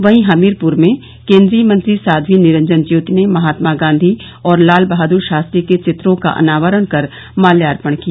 वहीं हमीरपुर में केन्द्रीय मंत्री साध्वी निरंजन ज्योति ने महात्मा गांधी और लाल बहादुर शास्त्री के चित्रों का अनावरण कर माल्यार्पण किया